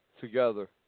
together